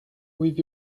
with